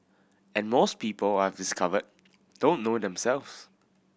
and most people I've discovered don't know themselves